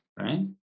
right